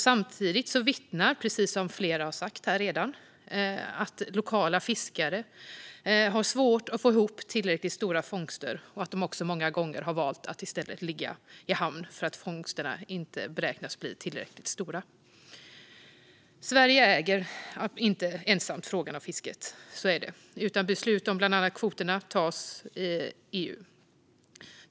Samtidigt vittnas det om, precis som flera har sagt här redan, att lokala fiskare har svårt att få ihop tillräckligt stora fångster och att de många gånger väljer att i stället ligga i hamn eftersom fångsterna inte beräknas bli tillräckligt stora. Sverige äger inte ensamt frågan om fisket. Beslut om bland annat kvoterna tas i EU.